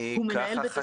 הוא מנהל בית הספר.